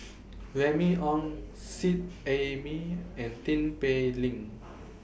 Remy Ong Seet Ai Mee and Tin Pei Ling